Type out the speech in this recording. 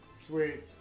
Sweet